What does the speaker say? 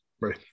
right